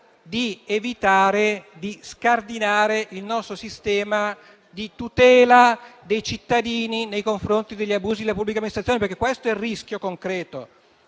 di evitare di scardinare il nostro sistema di tutela dei cittadini nei confronti degli abusi della pubblica amministrazione. Questo, infatti, è il rischio concreto.